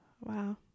Wow